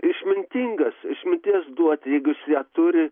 išmintingas išminties duoti jeigu jis ją turi